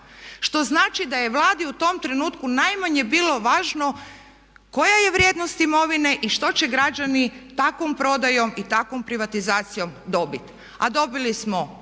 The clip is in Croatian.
što znači da je Vladi u tom trenutku najmanje bilo važno koja je vrijednost imovine i što će građani takvom prodajom i takvom privatizacijom dobiti. A dobili smo